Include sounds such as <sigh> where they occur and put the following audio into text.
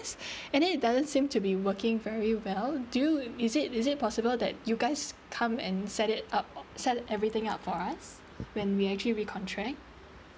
<breath> and then it doesn't seem to be working very well do you is it is it possible that you guys come and set it up or set everything up for us when we actually recontract